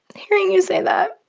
hearing you say that.